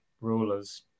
rulers